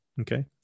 okay